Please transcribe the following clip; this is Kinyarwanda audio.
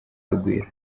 urugwiro